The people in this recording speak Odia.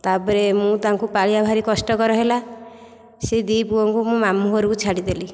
ତା'ପରେ ମୁଁ ତାଙ୍କୁ ପାଳିବା ଭାରି କଷ୍ଟକର ହେଲା ସେ ଦୁଇ ପୁଅଙ୍କୁ ମୁଁ ମାମୁଁ ଘରକୁ ଛାଡ଼ିଦେଲି